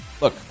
look